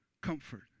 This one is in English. comfort